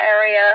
area